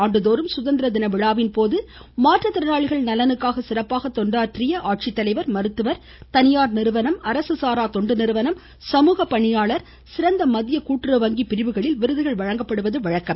ஆண்டுதோறும் சுதந்திர தின விழாவின் போது மாற்றுத்திறனாளிகள் நலனுக்காக சிறப்பாக தொண்டாற்றிய ஆட்சித்தலைவர் மருத்துவர் தனியார் நிறுவனம் அரசு சாரா தொண்டு நிறுவனம் சமூகப் பணியாளர் சிறந்த மத்திய கூட்டுறவு வங்கி பிரிவுகளில் விருதுகள் வழங்கப்படுவது வழக்கம்